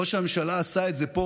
ראש הממשלה עשה את זה פה,